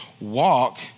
walk